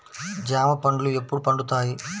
జామ పండ్లు ఎప్పుడు పండుతాయి?